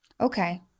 Okay